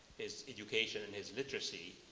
his education and his literacy,